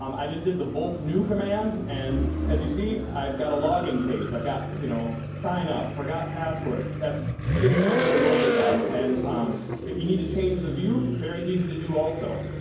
um i just did the volt new command and as you see, i've got a login page. i've got you know sign up, forgot password. that's things you don't need to worry about and um if you need to change the view, very easy to do also.